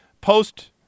post-